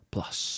Plus